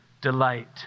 delight